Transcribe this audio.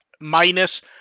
minus